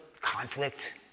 conflict